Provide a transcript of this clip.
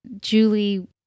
Julie